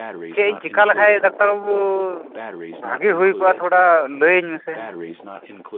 ᱪᱮᱫ ᱤᱧ ᱪᱤᱠᱟ ᱞᱮᱠᱷᱟᱱ ᱰᱟᱠᱛᱟᱨ ᱵᱟᱹᱵᱩ ᱵᱷᱟᱹᱜᱮ ᱦᱳᱭ ᱠᱚᱜᱼᱟ ᱛᱷᱚᱲᱟ ᱞᱟᱹᱭ ᱤᱧ ᱢᱮᱥᱮ